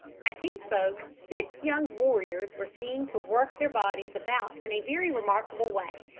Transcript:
as he spoke, six young warriors were seen to work their bodies about in a very remarkable way,